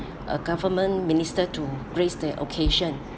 a government minister to grace the occasion